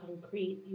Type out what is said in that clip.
concrete